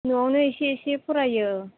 नवावनो इसे इसे फरायो